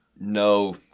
No